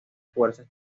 fuerzas